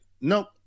nope